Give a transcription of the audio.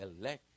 elect